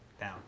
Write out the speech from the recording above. Down